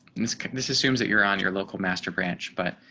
this this assumes that you're on your local master branch. but,